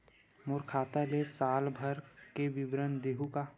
मोर खाता के साल भर के विवरण देहू का?